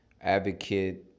Advocate